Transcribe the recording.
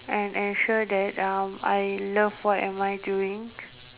and ensure that I love what am I doing